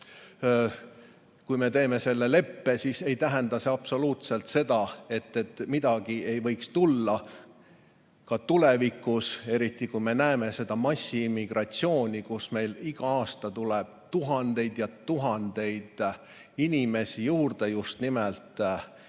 Kui me teeme selle leppe, siis ei tähenda see absoluutselt seda, et midagi ei võiks tulla ka tulevikus, eriti kui me näeme seda massiimmigratsiooni, mille tõttu meile iga aasta tuleb tuhandeid ja tuhandeid inimesi juurde, just nimelt idariikidest.